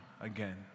again